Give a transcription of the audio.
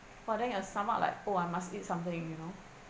following your stomach like oh I must eat something you know